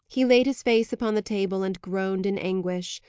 he laid his face upon the table and groaned in anguish.